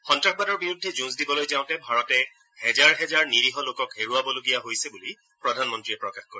সন্তাসবাদৰ বিৰুদ্ধে যুঁজ দিবলৈ যাওঁতে ভাৰতে হেজাৰ হেজাৰ নিৰীহ লোকক হেৰুৱাবলগীয়া হৈছে বুলি প্ৰধানমন্তীয়ে প্ৰকাশ কৰে